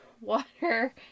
water